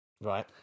right